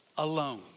alone